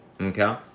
okay